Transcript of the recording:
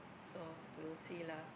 so we will see lah